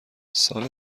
سال